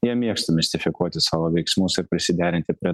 jie mėgsta mistifikuoti savo veiksmus ir prisiderinti prie